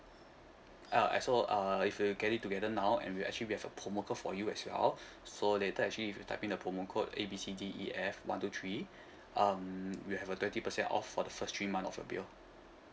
uh also uh if you get it together now and we actually have a promo code for you as well so later actually if you type in the promo code A B C D E F one two three um we have a twenty percent off for the first three month of your bill